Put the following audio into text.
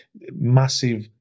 massive